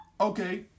okay